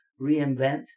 reinvent